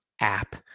app